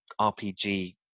rpg